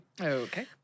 Okay